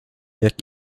jak